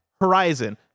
horizon